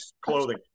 clothing